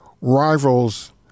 rivals